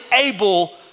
able